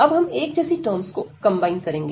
अब हम एक जैसी टर्म्स को कंबाइन करेंगे